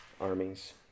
armies